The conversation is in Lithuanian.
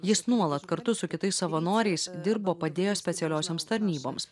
jis nuolat kartu su kitais savanoriais dirbo padėjo specialiosioms tarnyboms